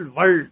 world